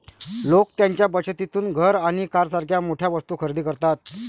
लोक त्यांच्या बचतीतून घर आणि कारसारख्या मोठ्या वस्तू खरेदी करतात